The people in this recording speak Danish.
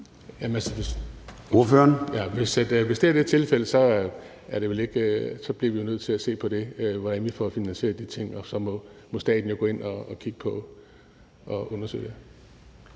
Hvis det er tilfældet, bliver vi jo nødt til at se på, hvordan vi får finansieret de ting, og så må staten gå ind og kigge på det og undersøge det.